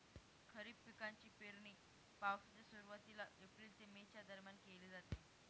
खरीप पिकांची पेरणी पावसाच्या सुरुवातीला एप्रिल ते मे च्या दरम्यान केली जाते